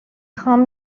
خوام